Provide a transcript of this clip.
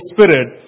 Spirit